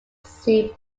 sea